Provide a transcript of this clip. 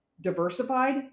diversified